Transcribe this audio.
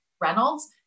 Reynolds